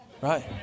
right